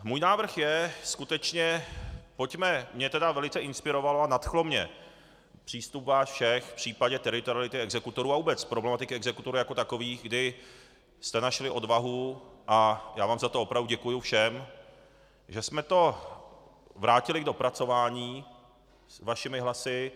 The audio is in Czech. Můj návrh je skutečně, pojďme mě tedy velice inspiroval a nadchl mě přístup vás všech v případě teritoriality exekutorů a vůbec problematiky exekutorů jako takových, kdy jste našli odvahu, a já vám za to opravdu děkuji všem, že jsme to vrátili k dopracování, vašimi hlasy.